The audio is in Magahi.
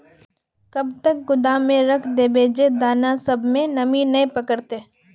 कब तक गोदाम में रख देबे जे दाना सब में नमी नय पकड़ते?